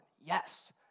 yes